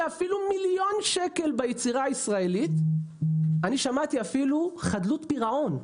אפילו מיליון שקל ביצירה הישראלית אני שמעתי אפילו חדלות פירעון.